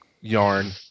yarn